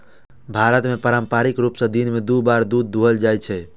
भारत मे पारंपरिक रूप सं दिन मे दू बेर दूध दुहल जाइ छै